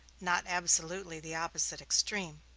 not absolutely the opposite extreme.